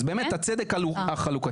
אז באמת, הצדק החלוקתי.